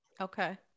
Okay